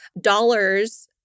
dollars